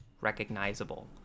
recognizable